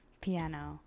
piano